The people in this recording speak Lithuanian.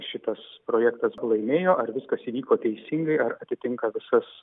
šitas projektas laimėjo ar viskas įvyko teisingai ar atitinka visas